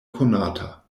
konata